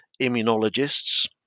immunologists